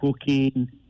cooking